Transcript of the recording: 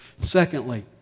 Secondly